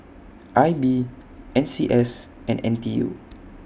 I B N C S and N T U